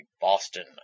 Boston